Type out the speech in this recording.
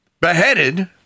beheaded